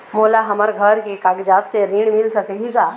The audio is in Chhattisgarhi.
मोला हमर घर के कागजात से ऋण मिल सकही का?